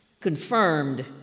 Confirmed